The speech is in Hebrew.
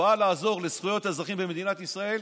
שבאה לעזור לזכויות אזרחים במדינת ישראל,